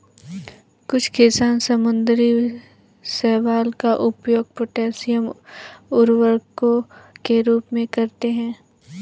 कुछ किसान समुद्री शैवाल का उपयोग पोटेशियम उर्वरकों के रूप में करते हैं